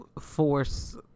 force